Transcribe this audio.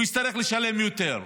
יצטרך לשלם יותר.